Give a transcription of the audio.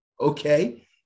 okay